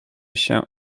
się